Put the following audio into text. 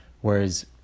Whereas